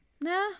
Nah